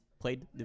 played